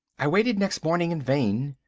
i waited next morning in vain.